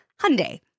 Hyundai